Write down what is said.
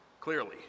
Clearly